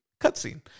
cutscene